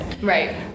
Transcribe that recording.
Right